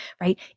right